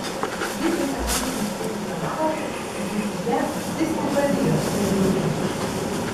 didžiąją antrojo kėlinio dalį dzūkija vis nepavijo kėdainiečių